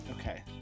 Okay